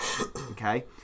okay